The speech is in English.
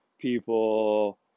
People